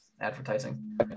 advertising